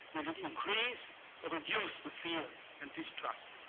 will it increase or reduce the fear and distrust?